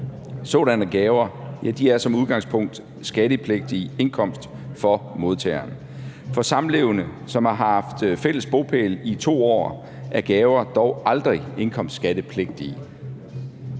Sådanne gaver er som udgangspunkt skattepligtig indkomst for modtageren. For samlevende, som har haft fælles bopæl i 2 år, er gaver dog aldrig indkomstskattepligtige.